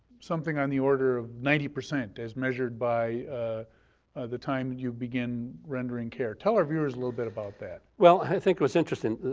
something on the order of ninety percent as measured by the time that you begin rendering care, tell our viewers a little bit about that. well, i think it was interesting,